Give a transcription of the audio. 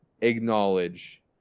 acknowledge